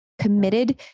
committed